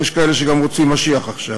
ויש כאלה שגם רוצים משיח עכשיו.